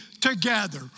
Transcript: together